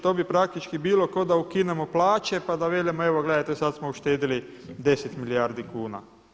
To bi praktički bilo ko da ukinemo plaće pa da velimo evo gledajte sada smo uštedili 10 milijardi kuna.